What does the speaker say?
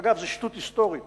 אגב, זו שטות היסטורית,